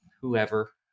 whoever